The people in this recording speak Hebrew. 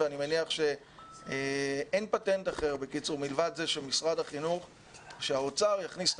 אין פטנט אחר מלבד זה שהאוצר יכניס את